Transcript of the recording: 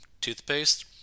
toothpaste